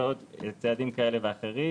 ועוד צעדים כאלה ואחרים